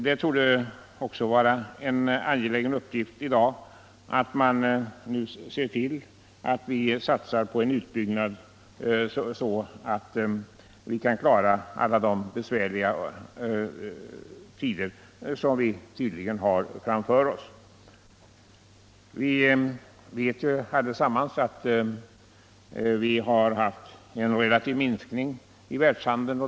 Det torde vara en väsentlig uppgift i dag att satsa på en utbyggnad, så att man klarar de besvärliga tider som vi tydligen har framför oss. Vi vet allesammans att det har skett en relativ. minskning i världshandeln.